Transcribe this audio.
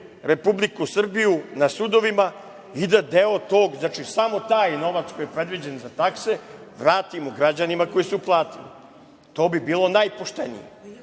Republiku Srbiju na sudovima i da deo tog, znači samo taj novac koji je predviđen za takse, vratimo građanima koji su platili. To bi bilo najpoštenije.